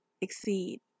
exceed